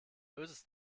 böses